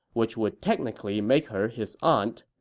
which would technically make her his aunt.